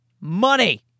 money